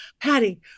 patty